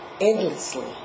endlessly